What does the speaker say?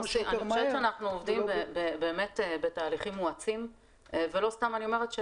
אני חושבת שאנחנו עובדים באמת בתהליכים מואצים ולא סתם אני אומרת,